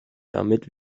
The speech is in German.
damit